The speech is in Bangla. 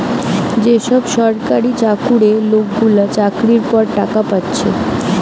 যে সব সরকারি চাকুরে লোকগুলা চাকরির পর টাকা পাচ্ছে